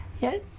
Yes